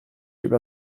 über